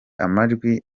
amajwi